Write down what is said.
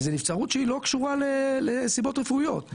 וזה נבצרות שהיא לא קשורה לסיבות רפואיות,